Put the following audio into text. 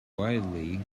widely